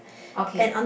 okay